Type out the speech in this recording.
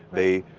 they